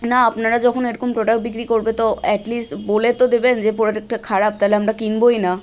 না আপনারা যখন এরকম প্রোডাক্ট বিক্রি করবেন তো অ্যাটলিস্ট বলে তো দেবেন যে প্রোডাক্টটা খারাপ তাহলে আমরা কিনবই না